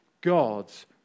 God's